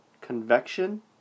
convection